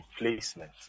replacement